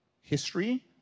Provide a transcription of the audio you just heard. history